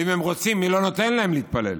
ואם הם רוצים, מי לא נותן להם להתפלל?